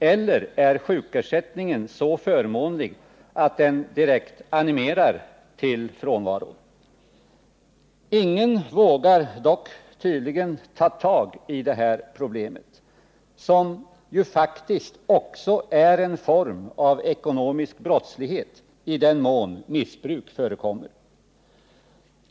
Eller är sjukersättningen så förmånlig att den direkt animerar till frånvaro? Ingen vågar dock tydligen ta tag i det här problemet, som ju faktiskt också är en form av ekonomisk brottslighet i den mån missbruk förekommer.